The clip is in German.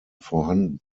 vorhanden